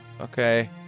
Okay